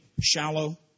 shallow